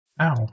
Ow